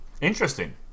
interesting